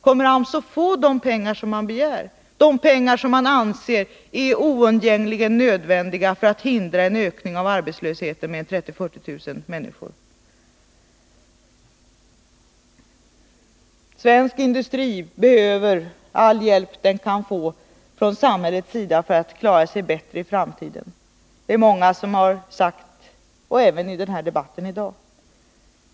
Kommer AMS att få de pengar man begärt och som man anser oundgängligen nödvändiga för att hindra ökning av arbetslösheten med 30 000-40 000 människor? Svensk industri behöver all hjälp den kan få från samhällets sida för att klara sig bättre i framtiden. Många har sagt detta i debatten i dag.